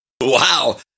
Wow